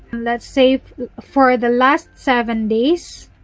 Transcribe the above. let's say for the last seven days.